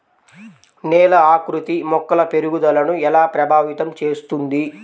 నేల ఆకృతి మొక్కల పెరుగుదలను ఎలా ప్రభావితం చేస్తుంది?